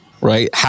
right